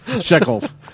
Shekels